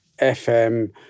FM